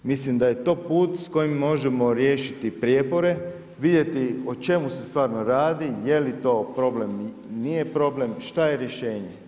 Mislim da je to put s kojim možemo riješiti prijepore, vidjeti o čemu se stvarno radi jeli to problem, nije problem i šta je rješenje.